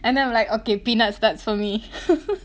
and then I'm like okay peanuts that for me